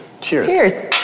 Cheers